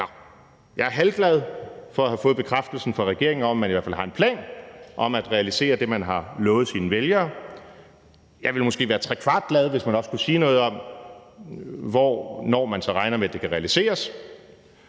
eller halvglad for at have fået bekræftelsen fra regeringen om, at man i hvert fald har en plan om at realisere det, man har lovet sine vælgere. Jeg ville måske være trekvartglad, hvis man også kunne sige noget om, hvornår man så regner med det kan realiseres.